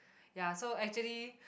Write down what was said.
ya so actually